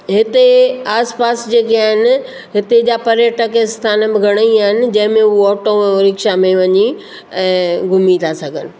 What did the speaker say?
हिते आसिपासि जेके आहिनि हिते जा पर्यटक इस्थान बि घणेई आहिनि जंहिं में उहा ऑटो रिक्शा में वञी ऐं घुमीं था सघनि